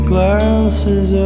Glances